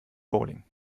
bowling